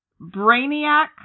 Brainiac